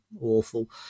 awful